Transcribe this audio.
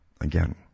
again